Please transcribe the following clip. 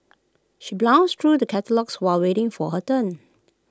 she browsed through the catalogues while waiting for her turn